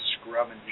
scrubbing